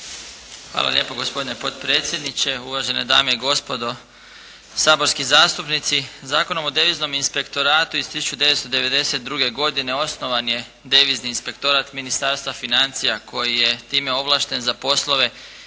Hvala lijepo gospodine potpredsjedniče, uvažene dame i gospodo saborski zastupnici. Zakonom o deviznom inspektoratu iz 1992. godine osnovan je Devizni inspektorat Ministarstva financija koji je time ovlašten za poslove